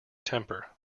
temper